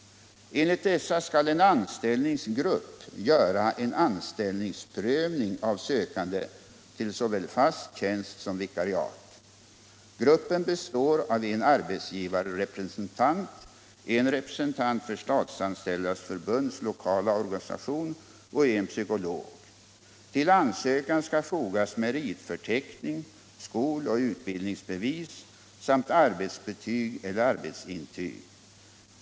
Enligt dessa skall en anställningsgrupp göra en anställningsprövning av sökande till såväl fast tjänst som vikariat. Gruppen består av en arbetsgivarrepresentant, en representant för Statsanställdas förbunds lokala organisation och en psykolog. Till ansökan skall fogas meritförteckning, skoloch utbildningsbevis samt arbetsbetyg eller arbetsintyg.